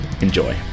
Enjoy